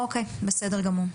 אוקיי, בסדר גמור.